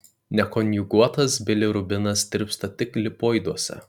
nekonjuguotas bilirubinas tirpsta tik lipoiduose